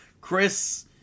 Chris